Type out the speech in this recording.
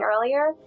earlier